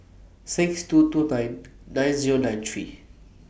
six two two nine nine Zero nine three